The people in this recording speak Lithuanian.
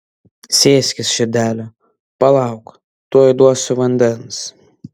sėskis širdele palauk tuoj duosiu vandens